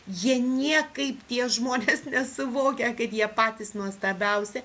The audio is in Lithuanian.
jie niekaip tie žmonės nesuvokia kad jie patys nuostabiausi